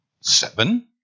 Seven